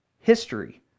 history